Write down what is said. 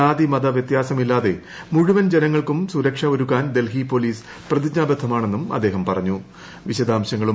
ജാതി മത വിത്യാസമില്ലാതെ മുഴുവൻ ജനങ്ങൾക്കും സുരക്ഷ ഒരുക്കാൻ ഡൽഹി പോലീസ് പ്രതിജ്ഞാബദ്ധമാണെന്നും അദ്ദേഹം പറഞ്ഞു